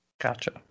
Gotcha